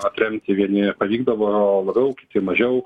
atremti vieni pavykdavo labiau kiti mažiau